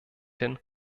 den